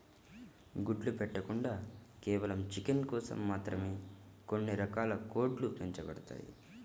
గుడ్లు పెట్టకుండా కేవలం చికెన్ కోసం మాత్రమే కొన్ని రకాల కోడ్లు పెంచబడతాయి